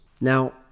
Now